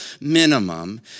minimum